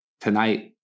tonight